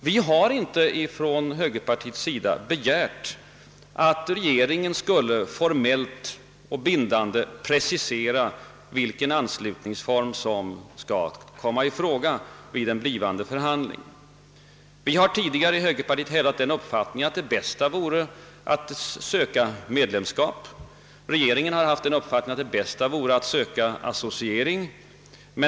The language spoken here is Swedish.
Vi har inte från högerpartiet begärt att regeringen skulle formellt och bindande precisera, vilken anslutningsform som skall komma i fråga vid en blivande förhandling. Vi har tidigare i högerpartiet hävdat den uppfattningen att det bästa vore att söka medlemskap, medan regeringen har haft den åsikten att det vore bäst att söka associering.